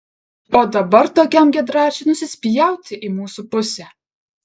o dabar tokiam giedraičiui nusispjauti į mūsų pusę